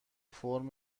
فرم